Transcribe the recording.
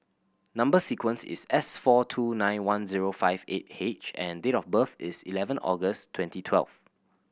number sequence is S four two nine one zero five eight H and date of birth is eleven August twenty twelve